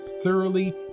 thoroughly